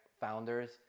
founders